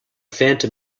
phantom